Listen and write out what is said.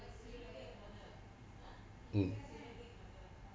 mm